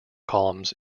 columns